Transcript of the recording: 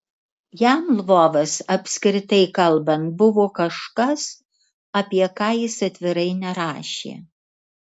jam lvovas apskritai kalbant buvo kažkas apie ką jis atvirai nerašė